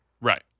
Right